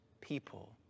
people